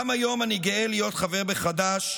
גם היום אני גאה להיות חבר בחד"ש,